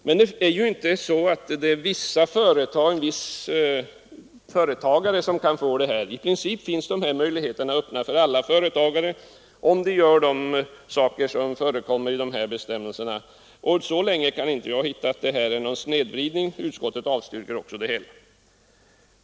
Men det är ju inte någon viss företagarkategori som kan åtnjuta sådant stöd, utan dessa möjligheter står i princip öppna för alla företagare, om de uppfyller de villkor som uppställs i bestämmelserna härför. I så måtto kan jag inte finna att det är fråga om någon snedvridning, och utskottet avstyrker också motionens krav.